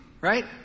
right